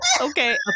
Okay